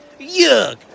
Yuck